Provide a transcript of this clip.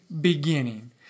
beginning